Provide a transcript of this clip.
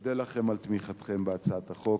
אודה לכם על תמיכתם בהצעת החוק.